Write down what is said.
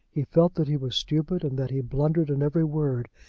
he felt that he was stupid, and that he blundered in every word,